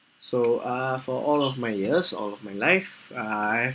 so uh for all of my years all of my life uh I've